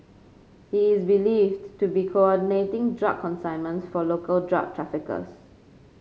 he is believed to be coordinating drug consignments for local drug traffickers